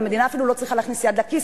והמדינה אפילו לא צריכה להכניס יד לכיס,